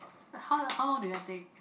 uh how long how long did that take